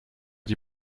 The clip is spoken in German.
die